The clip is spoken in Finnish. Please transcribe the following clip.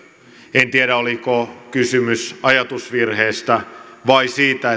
en tiedä oliko kysymys ajatusvirheestä vai siitä